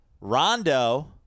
Rondo